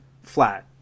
flat